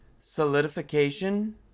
Solidification